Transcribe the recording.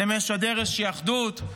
זה משדר איזושהי אחדות?